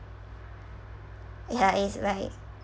ya it is right